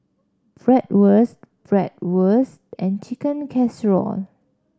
Bratwurst Bratwurst and Chicken Casserole